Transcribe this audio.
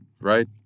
right